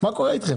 מי נגד?